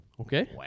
okay